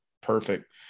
perfect